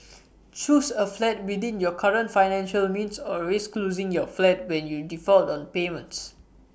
choose A flat within your current financial means or risk losing your flat when you default on payments